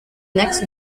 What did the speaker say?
next